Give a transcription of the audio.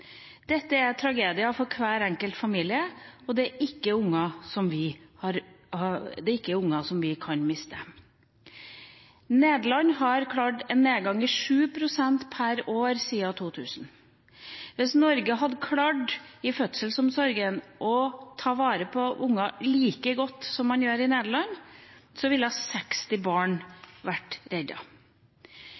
Dette er en tragedie for hver enkelt familie, og det er unger som vi ikke kan miste. Nederland har klart å få en nedgang på 7 pst. per år siden 2000. Hvis Norge hadde klart i fødselsomsorgen å ta vare på unger like godt som man gjør i Nederland, ville 60 barn vært